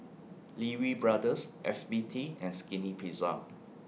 Lee Wee Brothers F B T and Skinny Pizza